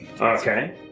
Okay